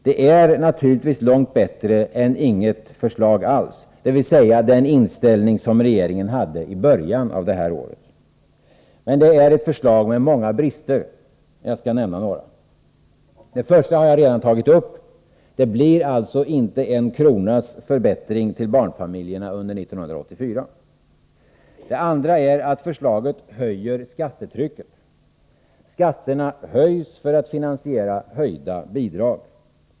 Det är naturligtvis långt bättre än inget förslag alls, dvs. den inställning som regeringen hade i början av året, men det är ett förslag med många brister. Jag skall nämna några. Den första har jag redan tagit upp. Det blir alltså inte en enda kronas förbättring för barnfamiljerna under 1984. Den andra är att förslaget skärper skattetrycket. Skatterna höjs för att finansiera höjda bidrag.